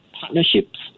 partnerships